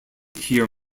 hear